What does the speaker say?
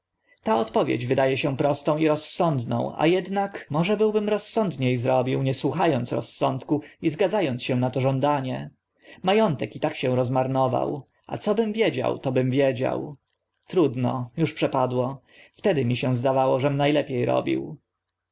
ta odpowiedź wyda e się prostą i rozsądną a ednak może byłbym rozsądnie zrobił nie słucha ąc rozsądku i zgadza ąc się na to żądanie ma ątek i tak się rozmarnował a co bym wiedział tobym wiedział trudno uż przepadło wtedy mi się zdawało żem na lepie robił